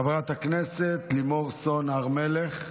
חברת הכנסת לימור סון הר מלך,